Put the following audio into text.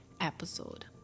episode